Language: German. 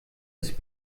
ist